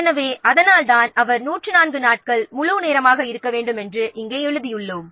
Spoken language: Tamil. எனவே அதனால் தான் அவர் 104 நாட்கள் முழுநேரமாக இருக்க வேண்டும் என்று இங்கே எழுதியுள்ளோம்